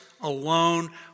alone